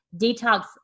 detox